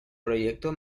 proyecto